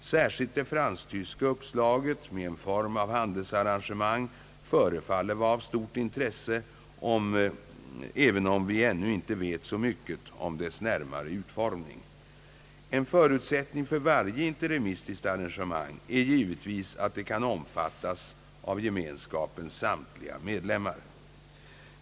Särskilt det fransk-tyska uppslaget med en form av handelsarrangemang förefaller vara av stort intresse, även om vi ännu inte vet så mycket om dess närmare utformning. En förutsättning för varje interimistiskt arrangemang är givetvis att det kan omfattas av Gemenskapens samtliga medlemmar.